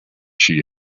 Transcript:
she